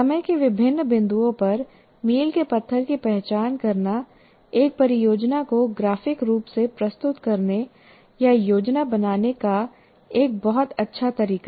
समय के विभिन्न बिंदुओं पर मील के पत्थर की पहचान करना एक परियोजना को ग्राफिक रूप से प्रस्तुत करने या योजना बनाने का एक बहुत अच्छा तरीका है